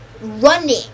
running